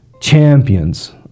champions